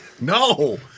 No